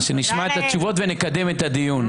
שנשמע את התשובות ונקדם את הדיון.